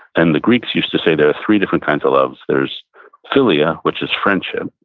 and the greeks used to say there are three different kinds of love. there's philia, which is friendship.